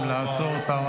כל מה שקשור לסדר-היום,